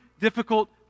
difficult